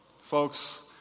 Folks